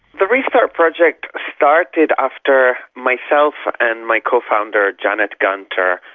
the restart project started after myself and my co-founder, janet gunter,